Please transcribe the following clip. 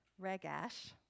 regash